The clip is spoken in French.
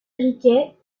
riquet